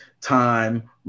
time